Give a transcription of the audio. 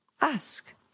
ask